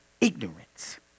ignorance